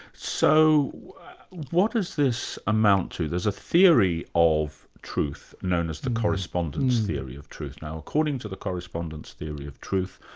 so what does this amount to? there's a theory of truth known as the correspondence theory of truth. now according to the correspondence theory of truth,